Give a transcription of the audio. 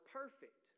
perfect